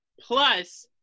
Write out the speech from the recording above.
Plus